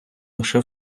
лише